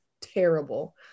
terrible